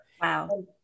Wow